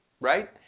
right